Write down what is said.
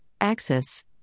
Axis